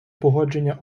погодження